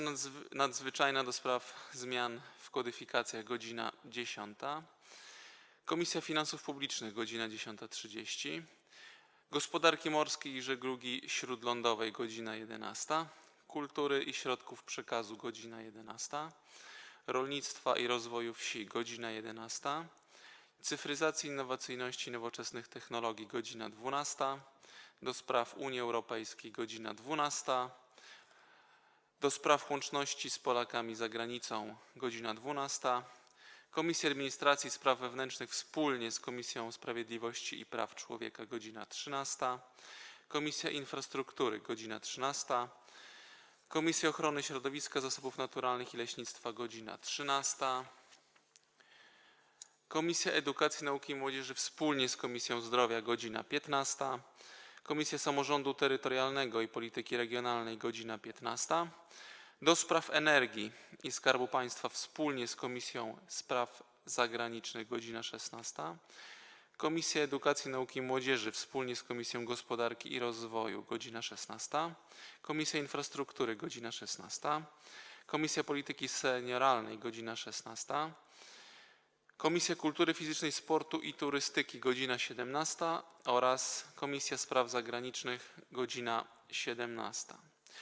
Nadzwyczajnej do spraw zmian w kodyfikacjach - godz. 10, - Finansów Publicznych - godz. 10.30, - Gospodarki Morskiej i Żeglugi Śródlądowej - godz. 11, - Kultury i Środków Przekazu - godz. 11, - Rolnictwa i Rozwoju Wsi - godz. 11, - Cyfryzacji, Innowacyjności i Nowoczesnych Technologii - godz. 12, - do Spraw Unii Europejskiej - godz. 12, - Łączności z Polakami za Granicą - godz. 12, - Administracji i Spraw Wewnętrznych wspólnie z Komisją Sprawiedliwości i Praw Człowieka - godz. 13, - Infrastruktury - godz. 13, - Ochrony Środowiska, Zasobów Naturalnych i Leśnictwa - godz. 13, - Edukacji, Nauki i Młodzieży wspólnie z Komisją Zdrowia - godz. 15, - Samorządu Terytorialnego i Polityki Regionalnej - godz. 15, - do Spraw Energii i Skarbu Państwa wspólnie z Komisją Spraw Zagranicznych - godz. 16, - Edukacji, Nauki i Młodzieży wspólnie z Komisją Gospodarki i Rozwoju - godz. 16, - Infrastruktury - godz. 16, - Polityki Senioralnej - godz. 16, - Kultury Fizycznej, Sportu i Turystyki - godz. 17, - Spraw Zagranicznych - godz. 17.